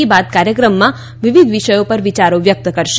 કી બાત કાર્યક્રમમાં વિવિધ વિષયો પર વિયારો વ્યક્ત કરશે